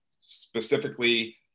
Specifically